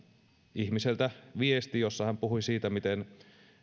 ihmiseltä viestin jossa hän puhui siitä miten